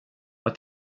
vad